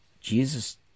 jesus